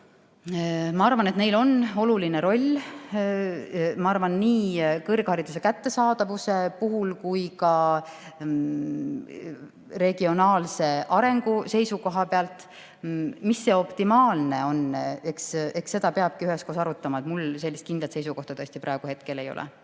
ma arvan, et neil on oluline roll – nii kõrghariduse kättesaadavuse kui ka regionaalse arengu seisukoha pealt. Mis on optimaalne? Eks seda peabki üheskoos arutama, mul sellist kindlat seisukohta tõesti praegu ei ole.